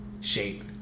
shape